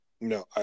No